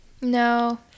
No